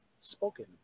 Spoken